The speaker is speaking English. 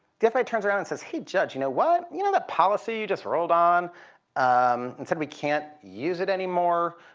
turns around and says, hey, judge, you know what? you know that policy you just ruled on um and said we can't use it anymore?